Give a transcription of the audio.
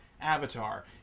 Avatar